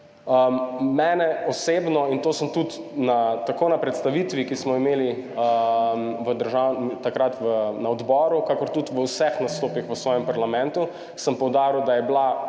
Mene osebno, in to sem tudi tako na predstavitvi, ki smo jo imeli takrat na odboru, kakor tudi v vseh svojih nastopih v parlamentu poudaril, da je bila